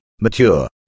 mature